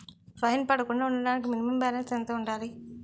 Fine పడకుండా ఉండటానికి minimum balance ఎంత ఉండాలి?